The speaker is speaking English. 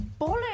bollocks